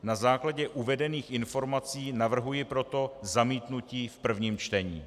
Na základě uvedených informací navrhuji proto zamítnutí v prvním čtení.